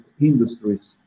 industries